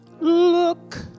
look